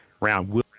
round